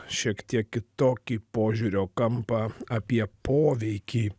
šiek tiek kitokį požiūrio kampą apie poveikį